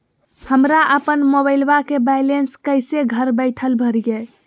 हमरा अपन मोबाइलबा के बैलेंस कैसे घर बैठल भरिए?